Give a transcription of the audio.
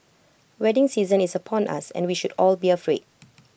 wedding season is upon us and we should all be afraid